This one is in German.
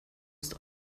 ist